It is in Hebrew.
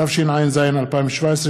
התשע"ז 2017,